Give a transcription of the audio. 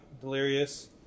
Delirious